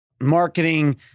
marketing